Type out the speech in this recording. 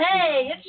Hey